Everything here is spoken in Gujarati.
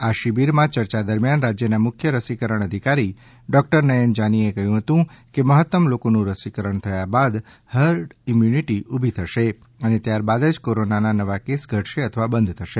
આ કરી શિબિરમાં ચર્ચા દરમિયાન રાજ્યના મુખ્ય રસીકરણ અધિકારી ડૉક્ટર નયન જાનીએ કહ્યું હતું કે મહત્તમ લોકોનું રસીકરણ થાય બાદ હાર્ડ ઇમ્યુનિટી ઊભી થશે અને ત્યાર બાદ જ કોરોનાના નવા કેસ ઘટશે અથવા બંધ થશે